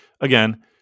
again